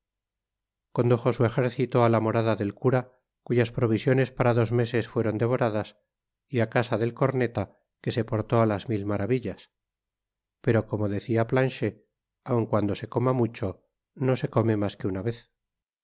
guardias condujo su ejército á la morada del cura cuyas provisiones para dos meses fueron devoradas y á casa del corneta que se portó á las mil maravillas pero como decia planchet aun cuando se coma mucho no se come mas que una vez